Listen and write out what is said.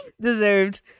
Deserved